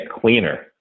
cleaner